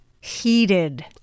Heated